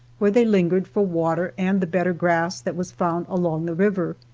where they lingered for water and the better grass that was found along the river.